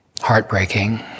heartbreaking